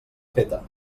feta